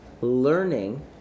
Learning